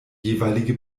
jeweilige